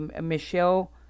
Michelle